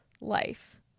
life